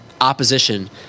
opposition